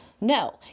No